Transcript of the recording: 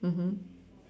mmhmm